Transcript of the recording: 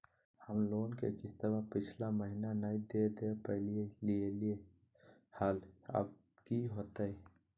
हम लोन के किस्तवा पिछला महिनवा नई दे दे पई लिए लिए हल, अब की होतई?